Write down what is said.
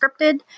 scripted